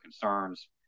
concerns